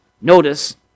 notice